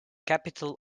capital